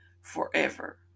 forever